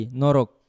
norok